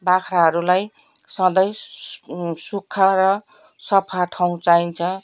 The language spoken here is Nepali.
बाख्राहरूलाई सधैँ सुक्खा र सफा ठाउँ चाहिन्छ